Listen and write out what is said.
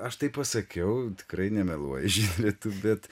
aš taip pasakiau tikrai nemeluoji živile tu bet